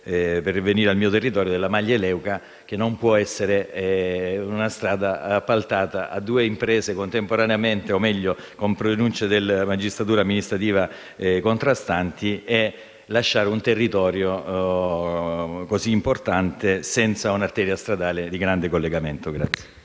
recente, ossia la Maglie-Leuca, che non può essere una strada appaltata a due imprese contemporaneamente, o meglio con pronunce della magistratura amministrativa contrastanti, lasciando un territorio così importante senza un'arteria stradale di grande collegamento.